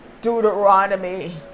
Deuteronomy